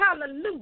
hallelujah